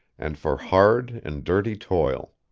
and for hard and dirty toil.